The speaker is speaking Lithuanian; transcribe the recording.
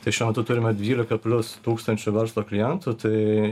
tai šiuo metu turime dvylika plius tūkstančių verslo klientų tai